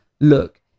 Look